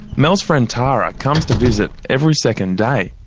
mel's friend tara comes to visit every second day.